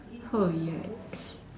oh yikes